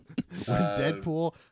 Deadpool